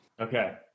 Okay